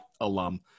alum